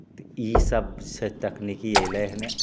तऽ ईसब से तकनीकी अएलै हँ